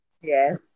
Yes